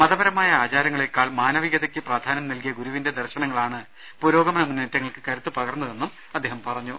മതപരമായ ആചാരങ്ങളെക്കാൾ മാനവികതയ്ക്ക് പ്രാധാന്യം നൽകിയ ഗുരുവിന്റെ ദർശനങ്ങളാണ് ന പുരോഗമന മുന്നേറ്റങ്ങൾക്ക് കരുത്ത് പകർന്നതെന്നും അദ്ദേഹം പറഞ്ഞു